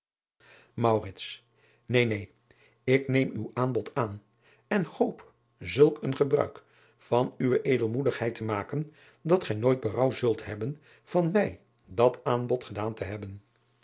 een neen k neem uw aanbod aan en hoop zulk een gebruik van uwe edelmoedigheid te maken dat gij nooit berouw zult hebben van mij dat aanbod gedaan te hebben